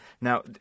Now